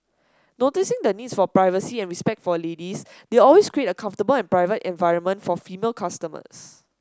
noticing the needs for privacy and respect for ladies they always create a comfortable and private environment for female customers